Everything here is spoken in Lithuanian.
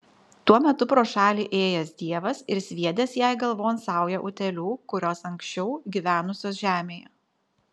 tuo metu pro šalį ėjęs dievas ir sviedęs jai galvon saują utėlių kurios anksčiau gyvenusios žemėje